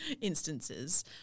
instances